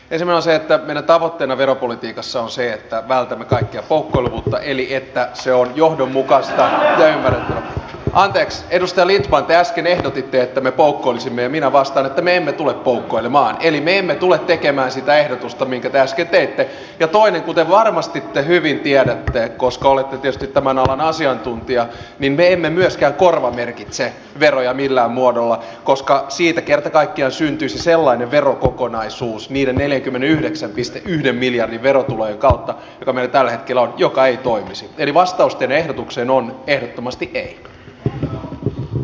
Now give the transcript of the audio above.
enemmän se että tavoitteena veropolitiikassa on se että vältämme kaikkea kukkula eli että se on johdonmukaista vaan edustaa litvak jääsken ehdotti että me poukkoilisimmemina vasta ne tule poukkoilemaantelineemme tule tekemään sitä ehdotusta minkä te äsken teitte ja toinen kuten varmasti hyvin tiellä ja koska olette pystyttämän alan asiantuntijat nimeämä myöskään korvamerkitse veroja millään muodolla koska siitä kerta kaikkiaan syntyisi sellainen verokokonaisuus niiden neljäkymmentäyhdeksänpiste yhden miljardin verotulojen kautta meitä ole tilaa joka ei tuo eli vastausten ehdotukseen on ehdottomasti teen on